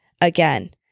again